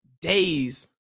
days